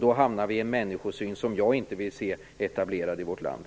Då hamnar vi i en människosyn som jag inte vill se etablerad i vårt land.